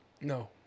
No